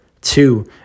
Two